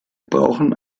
brauchen